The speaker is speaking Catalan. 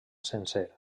sencer